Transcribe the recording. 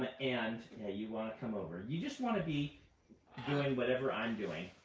and yeah you want to come over. you just want to be doing whatever i'm doing,